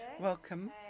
Welcome